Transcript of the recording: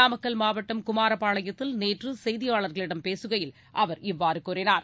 நாமக்கல் மாவட்டம் குமாரபாளையத்தில் நேற்று செய்தியாளர்களிடம் பேசுகையில் அவர் இவ்வாறு கூறினார்